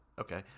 Okay